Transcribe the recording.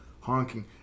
honking